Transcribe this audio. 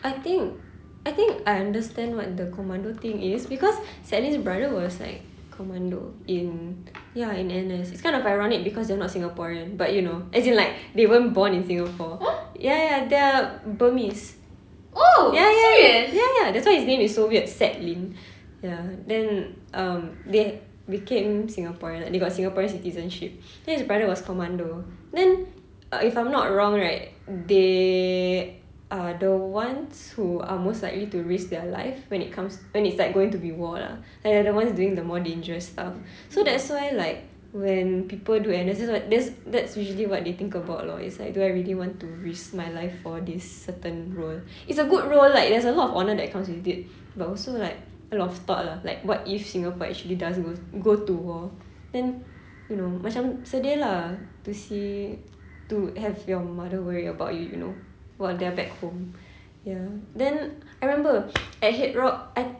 I think I think I understand what the commando thing is because set lin's brother was like commando in ya in N_S it's kind of ironic because they're not singaporean but you know as in like they weren't born in singapore ya ya they're burmese oh ya ya ya ya ya that's why his name is so weird set lin ya then um they became singaporean like they got singaporean citizenship then his brother was commando then uh if I'm not wrong right they are the ones who are most likely to risk their life when it comes when it's like going to be war lah like they're the ones doing the more dangerous stuff so that's why like when people do N_S that's what that's that's usually what they think about lor it's like do I really want to risk my life for this certain role it's a good role like there's a lot of honour that comes with it but also like a lot of thought lah like what if singapore actually does goes go to war then you know macam sedih lah to see to have your mother worry about you you know while they're back home ya then I remember at HeadRock